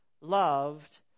loved